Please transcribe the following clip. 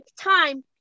time